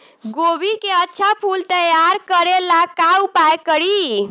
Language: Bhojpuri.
गोभी के अच्छा फूल तैयार करे ला का उपाय करी?